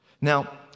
Now